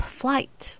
flight